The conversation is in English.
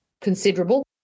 considerable